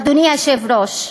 אדוני היושב-ראש,